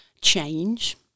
change